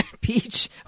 peach